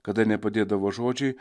kada nepadėdavo žodžiai